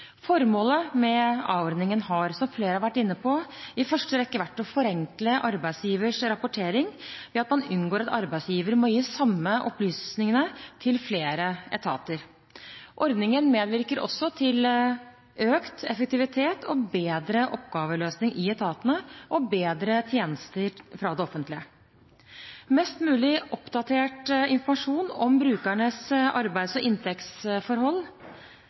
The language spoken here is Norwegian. Formålet med a-ordningen har, som flere har vært inne på, i første rekke vært å forenkle arbeidsgivers rapportering ved at man unngår at arbeidsgiver må gi de samme opplysningene til flere etater. Ordningen medvirker også til økt effektivitet og bedre oppgaveløsning i etatene og bedre tjenester fra det offentlige. Mest mulig oppdatert informasjon om brukernes arbeids- og inntektsforhold